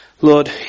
Lord